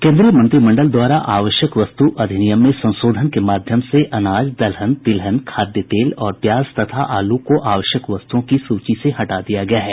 केन्द्रीय मंत्रिमंडल द्वारा आवश्यक वस्तु अधिनियम में संशोधन के माध्यम से अनाज दलहन तिलहन खाद्य तेल और प्याज तथा आलू को आवश्यक वस्तुओं की सूची से हटा दिया गया है